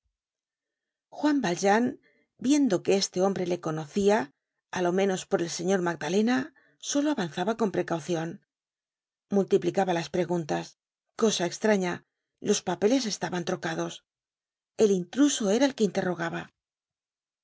juan valjean viendo que este hombre le conocia á lo menos por el señor magdalena solo avanzaba con precaucion multiplicaba las preguntas cosa estraña los papeles estaban trocados el intruso era el que interrogaba